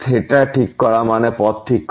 theta ঠিক করা মানে পথ ঠিক করা